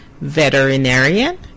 veterinarian